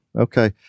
Okay